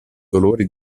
dolore